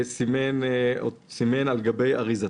"סימן על גבי אריזתה".